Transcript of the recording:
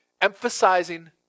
emphasizing